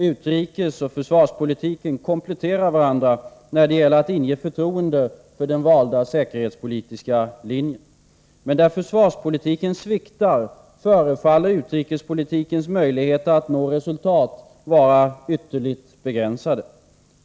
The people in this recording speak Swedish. Utrikesoch försvarspolitiken kompletterar varandra när det gäller att inge förtroende för den valda säkerhetspolitiska linjen, men där försvarspolitiken sviktar förefaller utrikespolitikens möjligheter att nå resultat att vara ytterligt begränsade.